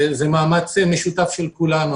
אני חושב שזה מאמץ משותף של כולנו.